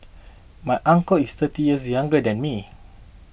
my uncle is thirty years younger than me